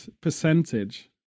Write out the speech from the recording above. percentage